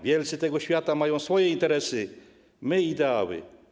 Wielcy tego świata mają swoje interesy, my - ideały.